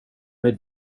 mig